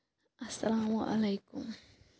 اَسلام علیکُم